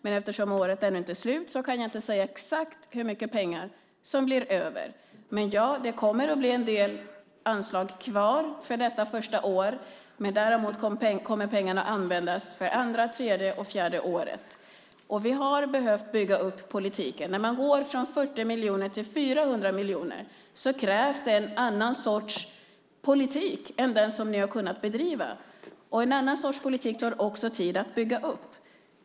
Men eftersom året ännu inte är slut kan jag inte säga exakt hur mycket pengar som blir över. Det kommer att bli en del anslag kvar för detta första år. Däremot kommer pengarna att användas för andra, tredje och fjärde året. Vi har behövt bygga upp politiken. När man går från 40 miljoner till 400 miljoner krävs det en annan sorts politik än den som ni har kunnat bedriva. En annan sorts politik tar också tid att bygga upp.